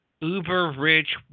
uber-rich